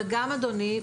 וגם אדוני,